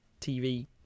TV